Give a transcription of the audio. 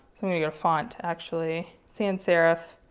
i'm going to go to font, actually. sans-serif.